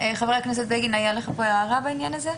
חבר הכנסת בגין, הייתה לך הערה בעניין הזה?